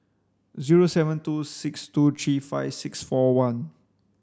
zero seven two six two three five six four one